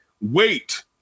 wait